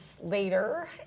later